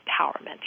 empowerment